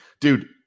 Dude